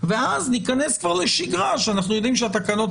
ואז ניכנס כבר לשגרה שאנחנו יודעים שהתקנות